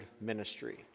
ministry